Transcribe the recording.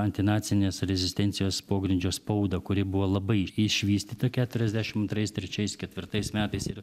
antinacinės rezistencijos pogrindžio spaudą kuri buvo labai išvystyta keturiasdešimt antrais trečiais ketvirtais metais ir